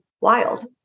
wild